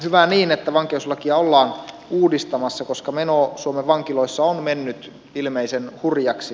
hyvä niin että vankeuslakia ollaan uudistamassa koska meno suomen vankiloissa on mennyt ilmeisen hurjaksi